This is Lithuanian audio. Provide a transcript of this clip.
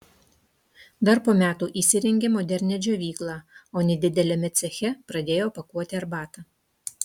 dar po metų įsirengė modernią džiovyklą o nedideliame ceche pradėjo pakuoti arbatą